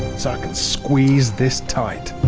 so i can squeeze this tight.